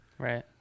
Right